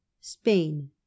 spain